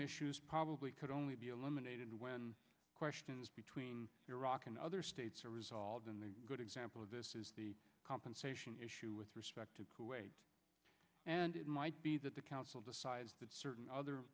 issues probably could only be eliminated when questions between iraq and other states are resolved in the good example of this is the compensation issue with respect to and it might be that the council decides that certain other